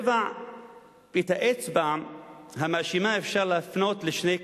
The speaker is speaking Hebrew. את האצבע המאשימה אפשר להפנות לשני כיוונים: